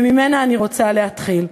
וממנה אני רוצה להתחיל.